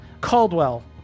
Caldwell